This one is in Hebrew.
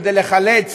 כדי לחלץ